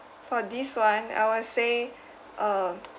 for this one I will say um